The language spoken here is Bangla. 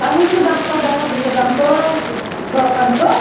তা আমি একটু ডাক্তার দেখাতে যেতাম তো সরকারি তো